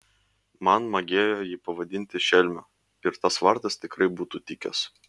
man magėjo jį pavadinti šelmiu ir tas vardas tikrai būtų tikęs